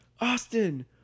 Austin